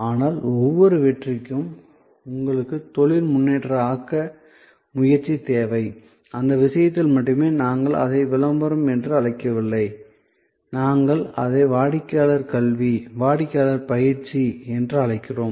ஆனால் ஒவ்வொரு வெற்றிக்கும் உங்களுக்கு தொழில் முன்னேற்ற ஆக்க முயற்சி தேவை இந்த விஷயத்தில் மட்டுமே நாங்கள் அதை விளம்பரம் என்று அழைக்கவில்லை நாங்கள் அதை வாடிக்கையாளர் கல்வி வாடிக்கையாளர் பயிற்சி என்று அழைக்கிறோம்